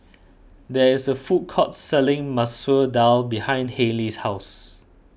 there is a food court selling Masoor Dal behind Hailie's house